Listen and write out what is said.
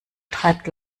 treibt